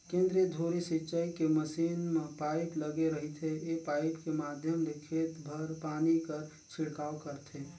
केंद्रीय धुरी सिंचई के मसीन म पाइप लगे रहिथे ए पाइप के माध्यम ले खेत भर पानी कर छिड़काव करथे